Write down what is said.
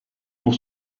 pour